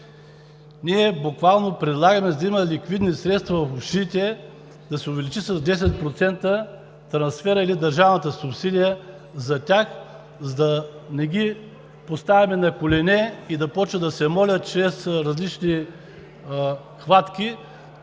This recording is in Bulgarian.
Ние буквално предлагаме, за да има ликвидни средства в общините, да се увеличи с 10% трансферът или държавната субсидия за тях, за да не ги поставяме на колене и да започнат да се молят чрез различни хватки